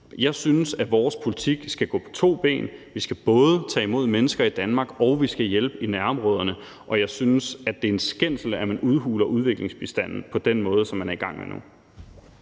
Jeg synes, at vores politik skal gå på to ben: Vi skal både tage imod mennesker i Danmark, og vi skal hjælpe i nærområderne. Og jeg synes, det er en skændsel, at man udhuler udviklingsbistanden på den måde, som man er i gang med nu.